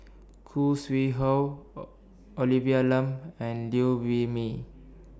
Khoo Sui Hoe Olivia Lum and Liew Wee Mee